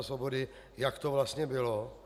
Svobody, jak to vlastně bylo.